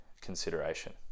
consideration